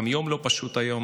גם יום לא פשוט היום,